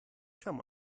come